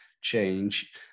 change